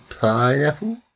Pineapple